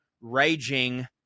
raging